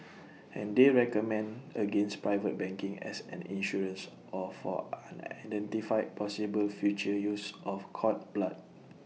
and they recommend against private banking as an insurance or for unidentified possible future use of cord blood